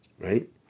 right